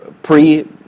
pre